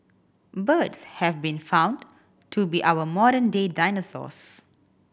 birds have been found to be our modern day dinosaurs